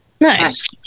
Nice